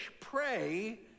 pray